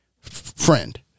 friend